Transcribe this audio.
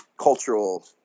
cultural